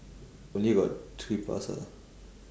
only got three plus ah